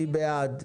מי בעד?